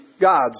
God's